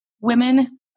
women